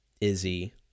Izzy